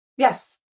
Yes